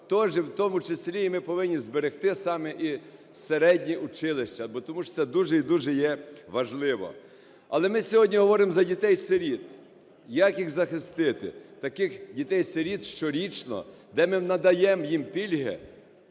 тоже в тому числі ми повинні зберегти саме і середні училища, тому що це дуже і дуже є важливо. Але ми сьогодні говоримо за дітей-сиріт, як їх захистити. Таких дітей-сиріт щорічно, де ми надаємо їм пільги,